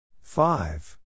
Five